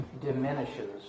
diminishes